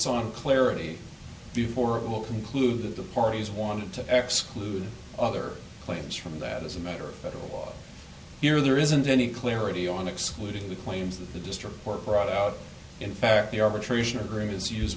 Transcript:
on clarity before it will conclude that the parties want to ex clues other claims from that as a matter of the law here there isn't any clarity on excluding the claims that the district court brought out in fact the arbitration agreements use